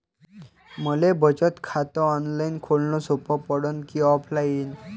मले बचत खात ऑनलाईन खोलन सोपं पडन की ऑफलाईन?